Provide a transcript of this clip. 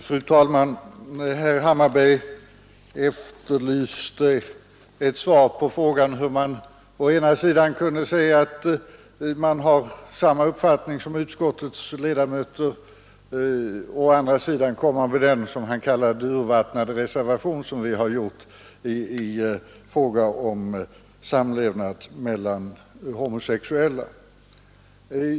Fru talman! Herr Hammarberg efterlyste ett svar på frågan hur man å ena sidan kan säga att man har samma uppfattning som utskottsmajoriteten och å andra sidan komma med den, som han kallade den, ”urvattnade” reservation som vi har lämnat i fråga om samlevnad mellan homosexuella.